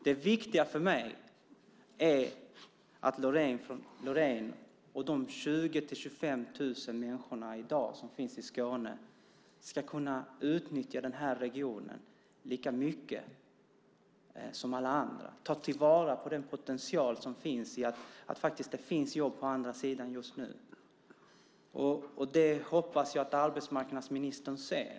Det viktiga för mig är att Loraine och de 20 000-25 000 människorna i Skåne ska kunna utnyttja den här regionen lika mycket som alla andra och ta vara på potentialen i att det finns jobb på andra sidan just nu. Det hoppas jag att arbetsmarknadsministern inser.